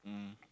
um